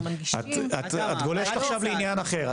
את גולשת עכשיו לעניין אחר.